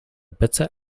bitter